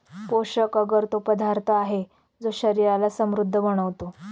पोषक अगर तो पदार्थ आहे, जो शरीराला समृद्ध बनवतो